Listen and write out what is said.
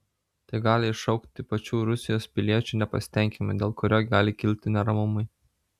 tai gali iššaukti pačių rusijos piliečių nepasitenkinimą dėl kurio gali kilti neramumai